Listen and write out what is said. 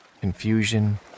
confusion